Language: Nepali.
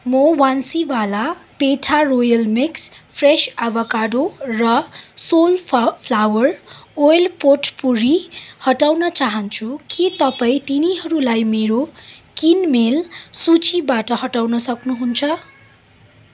म Bansiwala petha royal mix fresh avocado र सोलफ्लावर ओइल पोटपोरी हटाउन चाहन्छु के तपाईँ तिनीहरूलाई मेरो किनमेल सूचीबाट हटाउन सक्नुहुन्छ